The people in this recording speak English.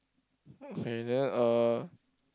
okay then uh